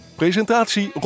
presentatie